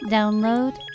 Download